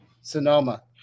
Sonoma